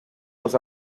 los